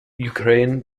ukraine